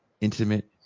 intimate